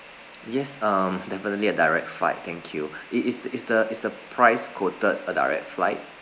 yes um definitely a direct fight thank you is is the is the is the price quoted a direct flight